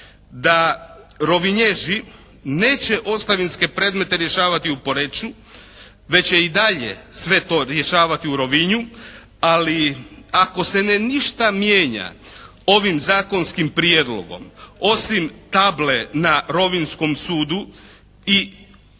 da Rovinježi neće ostavinske predmete rješavati u Poreču već će i dalje sve to rješavati u Rovinju ali ako se ne ništa mijenja ovim zakonskim prijedlogom osim table na rovinjskom sudu i ako